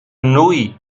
noi